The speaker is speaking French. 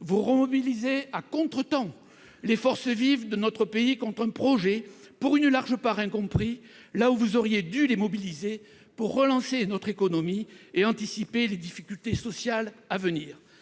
vous remobilisez à contretemps les forces vives de notre pays contre un projet pour une large part incompris, là où vous auriez dû les mobiliser pour relancer notre économie et anticiper les difficultés sociales à venir.